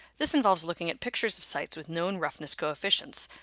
this involves looking at pictures of sites with known roughness coefficients,